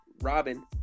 Robin